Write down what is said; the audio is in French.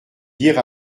dire